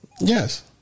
Yes